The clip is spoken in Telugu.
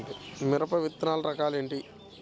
మిరప విత్తనాల రకాలు ఏమిటి?